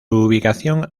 ubicación